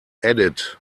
added